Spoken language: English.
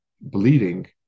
bleeding